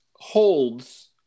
holds